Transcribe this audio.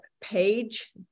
page